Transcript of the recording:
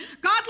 God